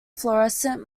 fluorescent